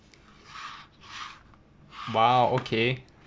!wow! okay